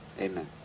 Amen